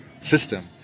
system